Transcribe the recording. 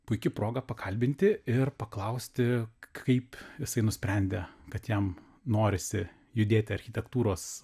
puiki proga pakalbinti ir paklausti kaip jisai nusprendė kad jam norisi judėti architektūros